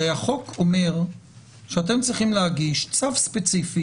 הרי החוק אומר שאתם צריכים להגיש צו ספציפי